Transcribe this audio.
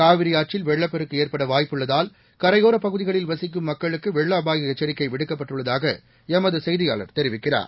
காவிரி ஆற்றில் வெள்ளப்பெருக்கு ஏற்பட வாய்ப்புள்ளதால் கரையோரப் பகுதிகளில் வசிக்கும் மக்களுக்கு வெள்ள அபாய எச்சரிக்கை விடுக்கப்பட்டுள்ளதாக எமது செய்தியாளர் தெரிவிக்கிறார்